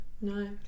No